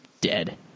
dead